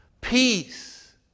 Peace